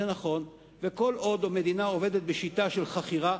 כל עוד המדינה עובדת בשיטה של חכירה,